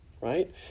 right